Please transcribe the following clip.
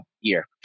year